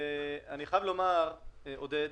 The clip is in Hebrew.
ואני חייב לומר, עודד,